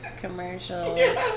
commercials